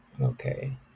okay